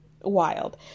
Wild